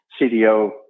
CDO